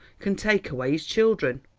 can take away his children.